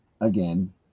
again